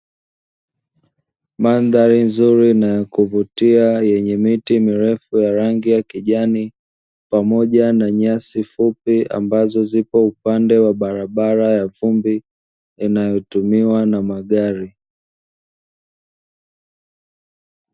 Mandhari nzuri na ya kuvutia yenye miti mirefu ya rangi ya kijani, pamoja na nyasi fupi ambazo zipo upande wa barabara ya vumbi inayotumiwa na magari.